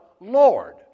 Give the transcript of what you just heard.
Lord